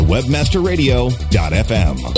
WebmasterRadio.fm